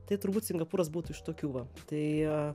tai turbūt singapūras būtų iš tokių va tai